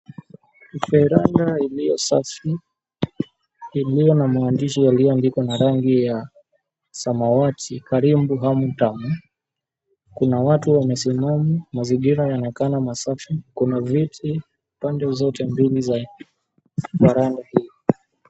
Veranda iliyosafi iliyo na maandishi yaliyoandikwa na rangi ya samawati karibu hamu tamu. Kuna watu wansimama mazingira yanaonekana masafi, kuna viti pande zote mbili za veranda hiyo.